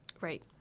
Right